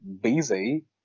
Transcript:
busy